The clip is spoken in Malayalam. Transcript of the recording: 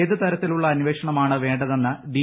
ഏതു തരത്തിലുള്ള അന്വേഷണമാണ് വേണ്ടതെന്ന് ഡി